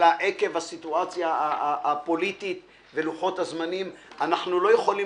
אולם עקב הסיטואציה הפוליטית ולוחות הזמנים אנחנו לא יכולים